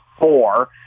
four